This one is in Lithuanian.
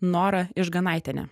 nora ižganaitiene